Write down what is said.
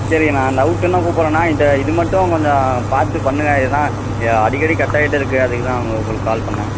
சரிங்கண்ணா டவுட்டுன்னால் கூப்புட்றேண்ணா இந்த இது மட்டும் கொஞ்சம் பார்த்து பண்ணுங்கள் இதுதான் இங்கே அடிக்கடி கட் ஆகிட்டே இருக்குது அதுக்கு தான் உங்க உங்களுக்கு கால் பண்ணேன்